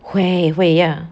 会会 ya